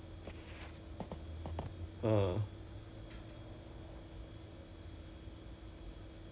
orh oh ya ya ya ya ya okay okay okay I see I see ya ya ya ya so it's a it it was whatever that we said last time lah